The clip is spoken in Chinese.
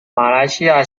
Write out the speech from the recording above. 马来西亚